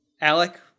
Alec